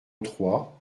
trois